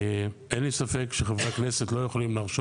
אין לי ספק שחברי הכנסת לא יכולים להרשות